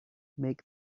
make